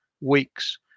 weeks